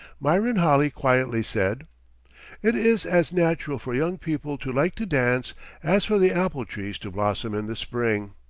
myron holley quietly said it is as natural for young people to like to dance as for the apple trees to blossom in the spring